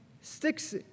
sticks